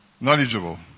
knowledgeable